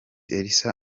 elsa